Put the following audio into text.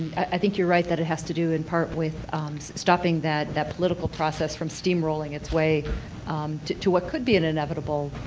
i think you are right that it has to do in part with stopping that that political process from steamrolling its way to to what could be an inevitable